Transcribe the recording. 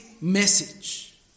message